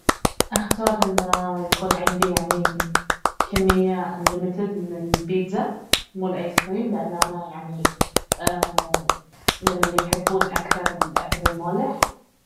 اختار انه يكون عندي يعني كمية أنليمتد من البيتزا والايس كريم لان انا يعني من الي يحبون اكثر الاكل المالح